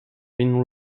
been